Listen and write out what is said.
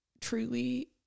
truly